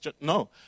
No